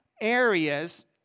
areas